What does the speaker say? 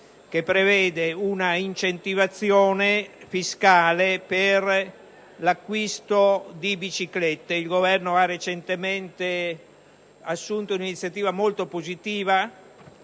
che prevede un'incentivazione fiscale per l'acquisto di biciclette. Il Governo ha recentemente assunto un'iniziativa molto positiva,